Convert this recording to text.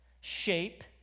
shape